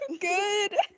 good